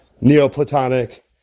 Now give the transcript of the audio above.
Neoplatonic